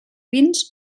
vins